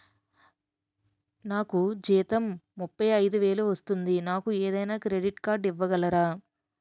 నాకు జీతం ముప్పై ఐదు వేలు వస్తుంది నాకు ఏదైనా క్రెడిట్ కార్డ్ ఇవ్వగలరా?